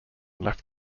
left